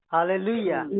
Hallelujah